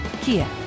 Kia